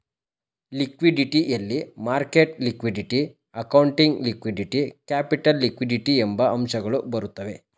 liquidity ಯಲ್ಲಿ market liquidity, accounting liquidity, capital liquidity ಎಂಬ ಅಂಶಗಳು ಬರುತ್ತವೆ